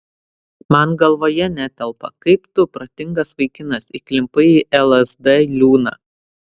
man galvoje netelpa kaip tu protingas vaikinas įklimpai į lsd liūną